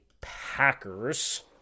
Packers